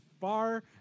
far